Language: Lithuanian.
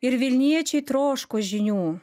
ir vilniečiai troško žinių